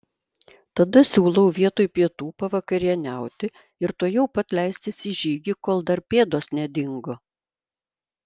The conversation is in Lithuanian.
tada siūlau vietoj pietų pavakarieniauti ir tuojau pat leistis į žygį kol dar pėdos nedingo